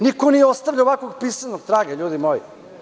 Niko nije ostavljao ovakvog pisanog traga, ljudi moji.